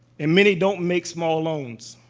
and many don't make small loans.